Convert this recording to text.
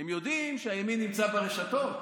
הם יודעים שהימין נמצא ברשתות,